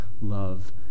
love